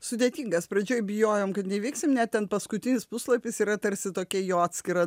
sudėtingas pradžioj bijojom kad neįveiksime ne ten paskutinis puslapis yra tarsi tokia jo atskira